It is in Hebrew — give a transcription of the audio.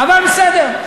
אבל בסדר,